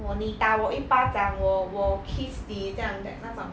我你打我一巴掌我我 kiss 你这样 that 那种